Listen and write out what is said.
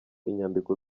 inyandiko